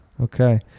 Okay